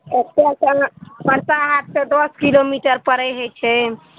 एतऽ से परसा हाट से दस किलोमीटर परै छै